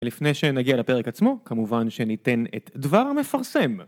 ולפני שנגיע לפרק עצמו כמובן שניתן את דבר המפרסם